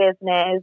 business